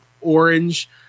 orange